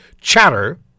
chatter